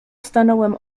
stanąłem